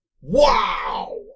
Wow